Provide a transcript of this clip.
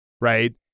right